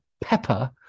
pepper